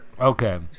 okay